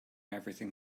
everything